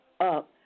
up